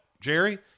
Jerry